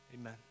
Amen